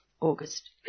August